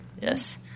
Yes